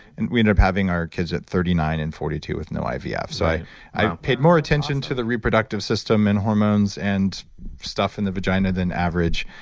and we ended up having our kids at thirty nine and forty two with no ivf. yeah so i i paid more attention to the reproductive system and hormones and stuff in the vagina than average.